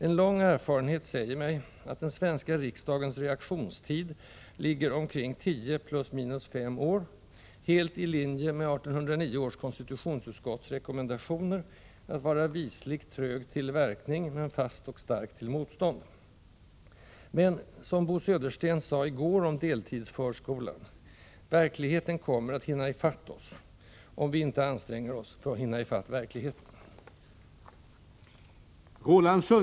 En lång erfarenhet säger mig att den svenska riksdagens reaktionstid ligger kring 10+5 år — helt i linje med 1809 års konstitutionsutskotts rekommendationer att vara visligt trög till verkning men fast och stark till motstånd. Men som Bo Södersten sade i går om deltidsförskolan: Verkligheten kommer att hinna ifatt oss — om inte vi anstränger oss att komma ifatt verkligheten.